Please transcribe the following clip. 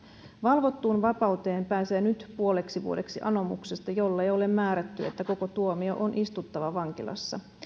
valvottuun vapauteen pääsee nyt puoleksi vuodeksi anomuksesta jollei ole määrätty että koko tuomio on istuttava vankilassa